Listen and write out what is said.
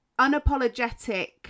unapologetic